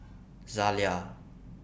Zalia